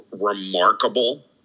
remarkable